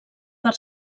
per